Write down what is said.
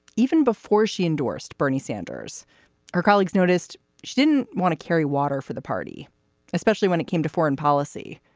even before she endorsed bernie sanders her colleagues noticed she didn't want to carry water for the party especially when it came to foreign policy.